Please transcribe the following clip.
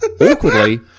Awkwardly